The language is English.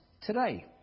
today